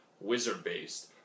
wizard-based